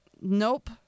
nope